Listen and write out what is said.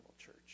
Church